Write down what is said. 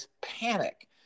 panic